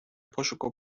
пошуку